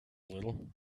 little